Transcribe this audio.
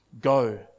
go